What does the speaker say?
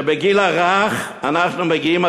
שבגיל הרך אנחנו מגיעים,